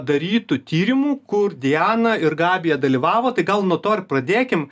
darytu tyrimu kur diana ir gabija dalyvavo tai gal nuo to ir pradėkim